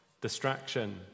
distraction